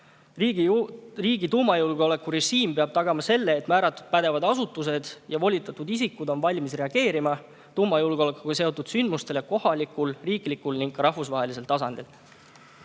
Riigi tuumajulgeolekurežiim peab tagama selle, et määratud pädevad asutused ja volitatud isikud on valmis reageerima tuumajulgeolekuga seotud sündmustele kohalikul, riiklikul ja ka rahvusvahelisel tasandil.